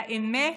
לאמת